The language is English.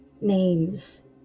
names